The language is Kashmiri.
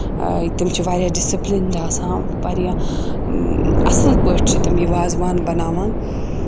تِم چھِ واریاہ ڈِسپٕلٔنڈ آسان واریاہ اَصٕل پٲٹھۍ چھِ تِم یہِ وازوان بَناوان